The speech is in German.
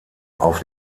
auf